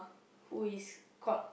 who is called